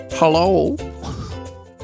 hello